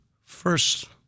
first